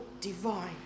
divine